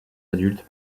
adultes